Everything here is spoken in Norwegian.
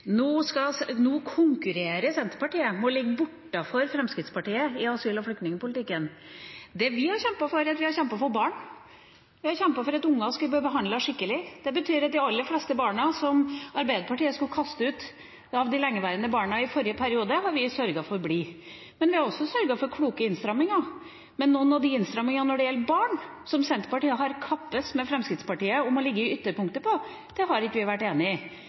Nå konkurrerer Senterpartiet med å ligge bortenfor Fremskrittspartiet i asyl- og flyktningpolitikken. Det vi har kjempet for, er barn. Vi har kjempet for at unger skal bli behandlet skikkelig. De betyr at de aller fleste lengeværende barna som Arbeiderpartiet skulle kaste ut i forrige periode, har vi sørget for blir. Men vi har også sørget for kloke innstramminger. Men noen av de innstrammingene når det gjelder barn, der Senterpartiet har kappes med Fremskrittspartiet om å ligge i ytterpunktet, har ikke vi vært enig i.